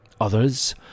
others